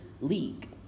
league